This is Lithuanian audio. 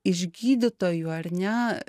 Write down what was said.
iš gydytojų ar ne